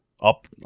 Up